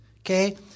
okay